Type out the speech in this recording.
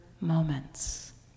moments